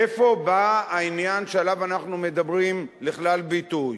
איפה בא העניין שעליו אנחנו מדברים לכלל ביטוי?